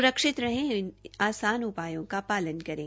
सुरक्षित रहें और इन आसान उपायों का पालन करें